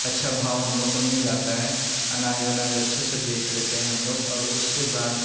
अच्छा भाव हम लोग को मिल जाता है अनाज वनाज अच्छे से बेच लेते हैं हम लोग और उसके बाद